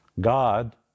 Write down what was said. God